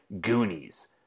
Goonies